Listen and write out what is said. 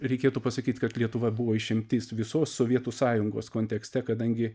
reikėtų pasakyt kad lietuva buvo išimtis visos sovietų sąjungos kontekste kadangi